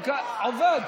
עובד.